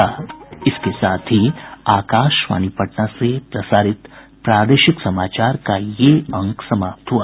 इसके साथ ही आकाशवाणी पटना से प्रसारित प्रादेशिक समाचार का ये अंक समाप्त हुआ